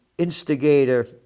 Instigator